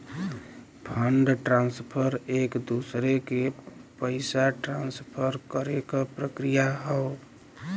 fund transfer एक दूसरे के पइसा ट्रांसफर करे क प्रक्रिया हौ